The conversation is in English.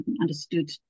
understood